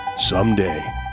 Someday